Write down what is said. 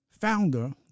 founder